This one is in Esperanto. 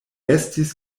estis